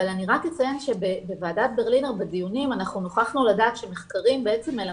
אבל אני רק אציין שבדיוני וועדת ברלינר נוכחנו לדעת שמחקרים מלמדים